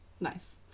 Nice